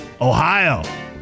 Ohio